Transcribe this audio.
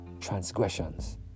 transgressions